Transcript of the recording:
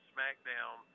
SmackDown